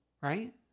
right